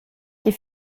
die